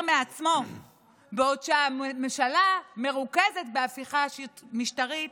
מעצמו בעוד הממשלה מרוכזת בהפיכה משטרית,